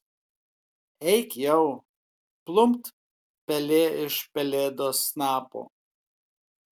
eik jau plumpt pelė iš pelėdos snapo